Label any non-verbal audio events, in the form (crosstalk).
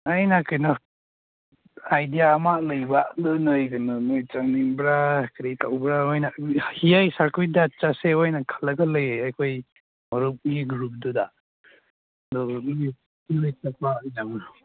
ꯑꯩꯅ ꯀꯩꯅꯣ ꯑꯥꯏꯗꯤꯌꯥ ꯑꯃ ꯂꯩꯕ ꯑꯗꯨ ꯅꯣꯏ ꯀꯩꯅꯣ ꯅꯣꯏ ꯇꯧꯅꯤꯡꯕ꯭ꯔ ꯀꯔꯤ ꯇꯧꯕ꯭ꯔ ꯅꯣꯏꯅ ꯍꯤꯌꯥꯏ ꯁꯔꯀ꯭ꯋꯤꯠꯇ ꯆꯔꯁꯦ ꯑꯣꯏꯅ ꯈꯜꯂꯒ ꯂꯩꯌꯦ ꯑꯩꯈꯣꯏ ꯃꯔꯨꯞꯀꯤ ꯔꯨꯝꯇꯨꯗ (unintelligible)